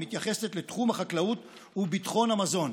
המתייחסת לתחום החקלאות וביטחון המזון: